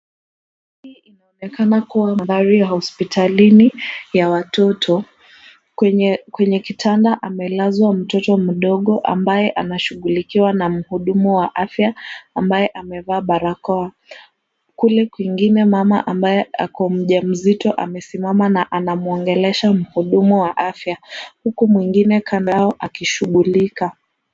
Hii inaonekana kuwa ndani ya hospitalini ya watoto. Kwenye kitanda amelazwa mtoto mdogo ambaye anashughulikiwa na mhudumu wa afya, ambaye amevaa barakoa. Kule kwingine mama ambaye ako mjamzito amesimama na anamwongelesha mhudumu wa afya, huku mwingine kando yao akishughulika.